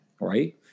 right